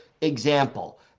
example